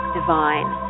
divine